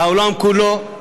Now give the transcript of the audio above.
לעולם כולו,